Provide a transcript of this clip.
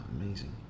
amazing